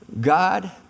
God